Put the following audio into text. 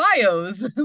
bios